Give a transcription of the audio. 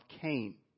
Cain